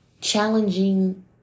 challenging